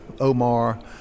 Omar